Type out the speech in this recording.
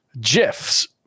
gifs